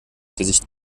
gesicht